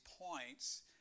points